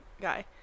guy